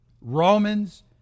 Romans